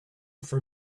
for